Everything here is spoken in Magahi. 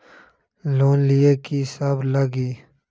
लोन लिए की सब लगी?